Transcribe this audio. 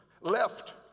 left